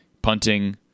Punting